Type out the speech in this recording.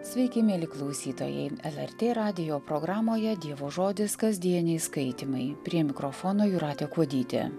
sveiki mieli klausytojai lrt radijo programoje dievo žodis kasdieniai skaitymai prie mikrofono jūratė kuodytė